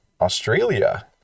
Australia